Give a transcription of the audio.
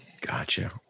Gotcha